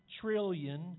trillion